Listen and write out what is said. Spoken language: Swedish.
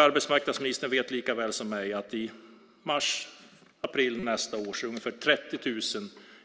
Arbetsmarknadsministern vet lika väl som jag att i mars april nästa år har ungefär 30 000